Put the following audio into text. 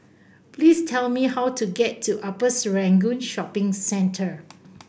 please tell me how to get to Upper Serangoon Shopping Center